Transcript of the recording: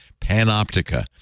Panoptica